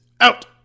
out